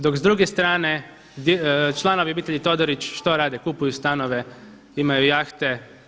Dok s druge strane članovi obitelji Todorić što rade, kupuju stanove, imaju jahte?